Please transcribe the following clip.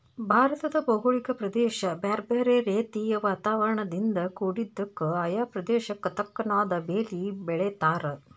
ಭಾರತದ ಭೌಗೋಳಿಕ ಪ್ರದೇಶ ಬ್ಯಾರ್ಬ್ಯಾರೇ ರೇತಿಯ ವಾತಾವರಣದಿಂದ ಕುಡಿದ್ದಕ, ಆಯಾ ಪ್ರದೇಶಕ್ಕ ತಕ್ಕನಾದ ಬೇಲಿ ಬೆಳೇತಾರ